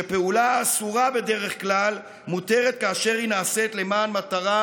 שפעולה האסורה בדרך כלל מותרת כאשר היא נעשית למען מטרה